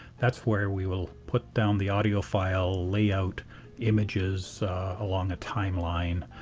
that's where we will put down the audio file, lay out images along the timeline,